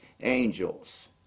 angels